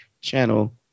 channel